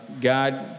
God